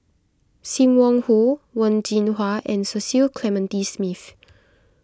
Sim Wong Hoo Wen Jinhua and Cecil Clementi Smith